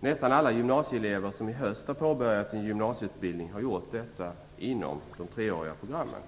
Nästan alla gymnasieelever som i höst påbörjat sin gymnasieutbildning har gjort det inom de treåriga programmen.